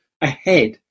ahead